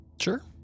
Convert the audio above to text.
Sure